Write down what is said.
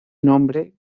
nombre